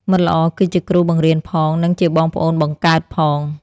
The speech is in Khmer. មិត្តល្អគឺជាគ្រូបង្រៀនផង និងជាបងប្អូនបង្កើតផង។